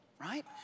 right